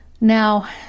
Now